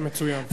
מצוין.